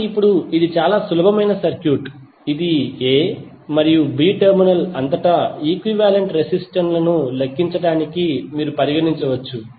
కాబట్టి ఇప్పుడు ఇది చాలా సులభమైన సర్క్యూట్ ఇది A మరియు B టెర్మినల్ అంతటా ఈక్వివాలెంట్ రెసిస్టెన్స్ లను లెక్కించడానికి మీరు పరిగణించవచ్చు